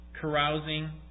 carousing